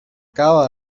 cada